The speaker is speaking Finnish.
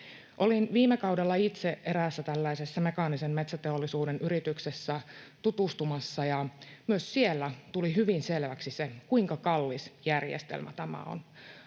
Olin viime kaudella itse tutustumassa erääseen tällaiseen mekaanisen metsäteollisuuden yritykseen, ja myös siellä tuli hyvin selväksi se, kuinka kallis järjestelmä tämä on.